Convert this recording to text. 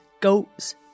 goats